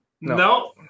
No